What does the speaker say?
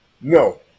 No